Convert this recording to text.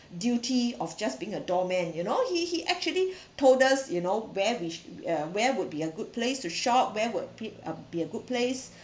duty of just being a doorman you know he he actually told us you know where which where would be a good place to shop where would be a be a good place